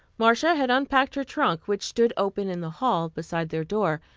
marcia had unpacked her trunk, which stood open in the hall beside their door,